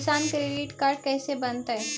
किसान credit card कैसे बनतै?